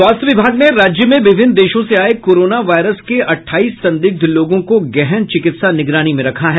स्वास्थ्य विभाग ने राज्य में विभिन्न देशों से आये कोरोना वायरस के अट्ठाईस संदिग्ध लोगों को गहन चिकित्सा निगरानी में रखा है